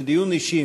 זה דיון אישי.